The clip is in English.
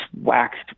waxed